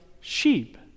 sheep